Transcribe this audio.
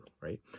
right